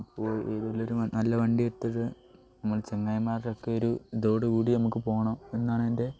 അപ്പോൾ ഏന്തെങ്കിലും ഒരു നല്ല വണ്ടി എടുത്തിട്ട് നമ്മൾ ചങ്ങാതിമാരൊക്കെ ഒരു ഇതോടുകൂടി നമുക്ക് പോകണം എന്നാണ് എൻ്റെ